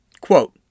Quote